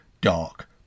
dark